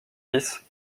vice